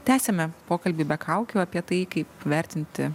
tęsiame pokalbį be kaukių apie tai kaip vertinti